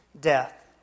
Death